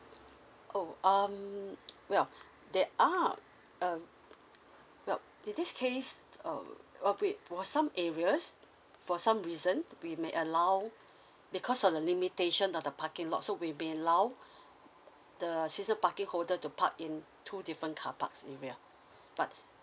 oh um well there are um well in this case um a bit was some areas for some reason we may allow because of the limitation of the parking lot so we may allowed the season parking holder to park in two different carparks areas but